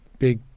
Big